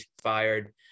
fired